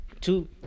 Two